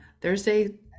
Thursday